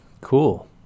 Cool